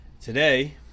Today